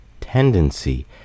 tendency